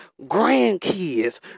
grandkids